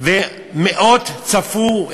ומאות צפו,